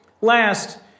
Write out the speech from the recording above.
Last